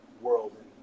world